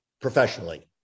Professionally